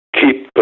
keep